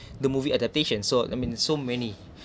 the movie adaptation so I mean so many